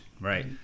Right